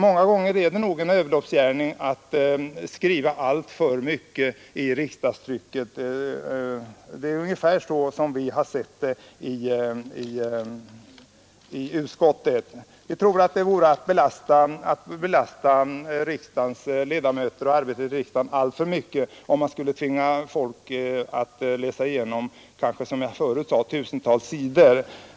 Många gånger är det nog en överloppsgärning att skriva alltför mycket i riksdagstrycket — det är ungefär så vi har sett det i utskottet. Vi tror att det vore att belasta arbetet i riksdagen alltför mycket, om man skulle tvinga ledamöterna att läsa igenom kanske — som jag förut sade tusentals sidor.